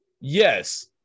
yes